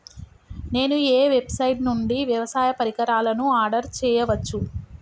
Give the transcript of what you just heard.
నేను ఏ వెబ్సైట్ నుండి వ్యవసాయ పరికరాలను ఆర్డర్ చేయవచ్చు?